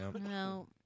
No